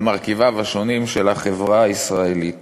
על מרכיביו השונים, של החברה הישראלית.